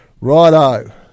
Righto